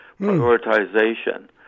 prioritization